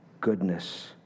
goodness